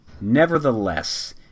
Nevertheless